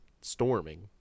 storming